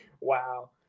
wow